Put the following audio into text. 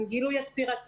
הם גילו יצירתיות.